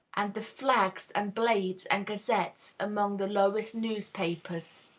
and the flags and blades and gazettes among the lowest newspapers.